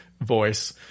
voice